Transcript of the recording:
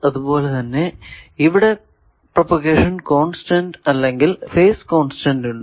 അതുപോലെ തന്നെ ഇവിടെ പ്രൊപഗേഷൻ കോൺസ്റ്റന്റ് അല്ലെങ്കിൽ ഫേസ് കോൺസ്റ്റന്റ് ഉണ്ട്